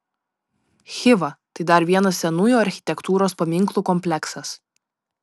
chiva tai dar vienas senųjų architektūros paminklų kompleksas